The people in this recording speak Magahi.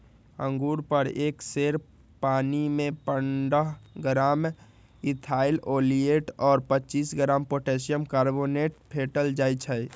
अंगुर पर एक सेर पानीमे पंडह ग्राम इथाइल ओलियट और पच्चीस ग्राम पोटेशियम कार्बोनेट फेटल जाई छै